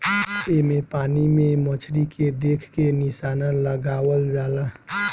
एमे पानी में मछरी के देख के निशाना लगावल जाला